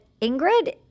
Ingrid